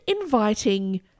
inviting